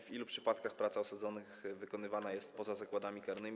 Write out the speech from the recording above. W ilu przypadkach praca osadzonych wykonywana jest poza zakładami karnymi?